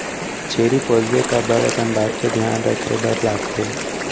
छेरी पोसबे त बड़ अकन बात के धियान रखे बर लागथे